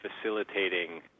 facilitating